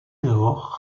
lors